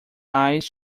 eyes